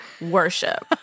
worship